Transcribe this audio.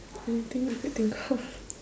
anything you could think of